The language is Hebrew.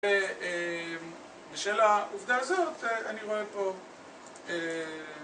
בשל העובדה הזאת, אני רואה פה